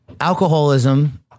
alcoholism